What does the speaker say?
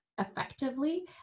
effectively